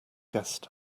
guest